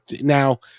now